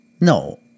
no